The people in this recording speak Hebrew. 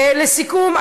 לסיכום,